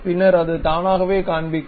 பின்னர் அது தானாகவே காண்பிக்கப்படும்